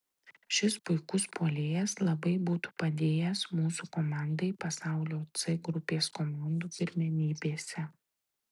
šis puikus puolėjas labai būtų padėjęs mūsų komandai pasaulio c grupės komandų pirmenybėse